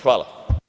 Hvala.